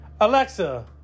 Alexa